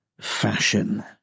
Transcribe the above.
fashion